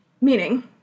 Meaning